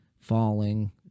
falling